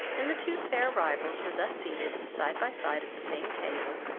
and the two fair rivals were thus seated side by side at the same table,